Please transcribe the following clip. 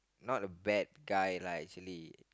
not a bad guy right actually